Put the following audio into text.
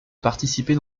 participer